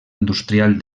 industrial